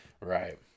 Right